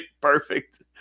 perfect